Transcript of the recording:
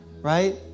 right